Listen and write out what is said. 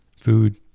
Food